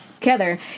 together